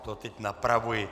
To teď napravuji.